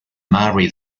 marry